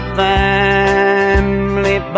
family